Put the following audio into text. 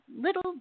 little